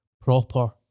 proper